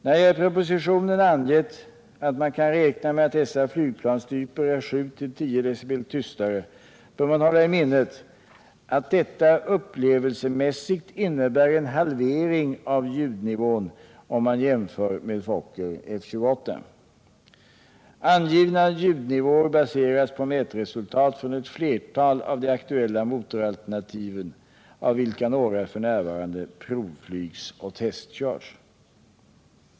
När jag i propositionen angett att man kan räkna med att dessa flygplanstyper är 7—10 dB tystare, bör man hålla i minnet att detta upplevelsemässigt innebär en halvering av ljudnivån, om man jämför med Fokker F-28. Angivna ljudnivåer baseras på mätresultat från ett flertal av de aktuella motoralternativen, av vilka några f.n. provflygs och testkörs.